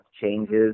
changes